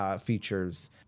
features